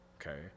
okay